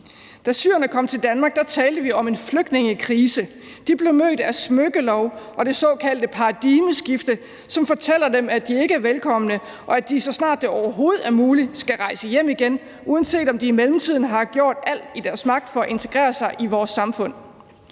Da syrerne kom til Danmark, talte vi om en flygtningekrise. De blev mødt af smykkelov og det såkaldte paradigmeskifte, som fortæller dem, at de ikke velkomne, og at de, så snart det overhovedet er muligt, skal rejse hjem igen, uanset om de i mellemtiden har gjort alt, hvad der står i deres magt, for at integrere sig i vores samfund.